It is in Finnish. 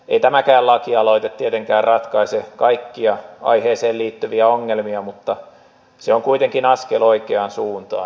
ei tämäkään lakialoite tietenkään ratkaise kaikkia aiheeseen liittyviä ongelmia mutta se on kuitenkin askel oikeaan suuntaan